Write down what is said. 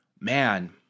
man